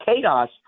chaos